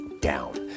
down